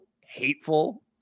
hateful